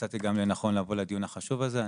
ומצאתי גם לנכון לבוא לדיון החשוב הזה.